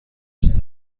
دوست